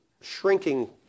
shrinking